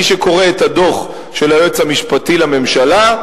מי שקורא את הדוח של היועץ המשפטי לממשלה,